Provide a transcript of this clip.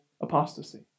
apostasy